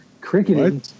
Cricketing